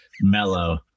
mellow